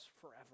forever